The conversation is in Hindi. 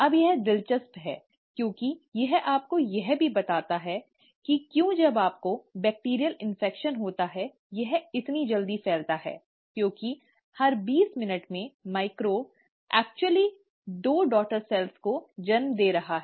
अब यह दिलचस्प है क्योंकि यह आपको यह भी बताता है कि क्यों जब आपको जीवाणु संक्रमण होता है यह इतनी जल्दी फैलता है क्योंकि हर बीस मिनट में सूक्ष्म जीव वास्तव में दो डॉटर सेल्स को जन्म दे रहा है